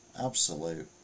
Absolute